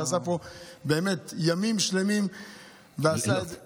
שעשה פה באמת ימים שלמים ועשה את זה,